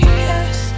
yes